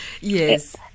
Yes